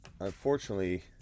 unfortunately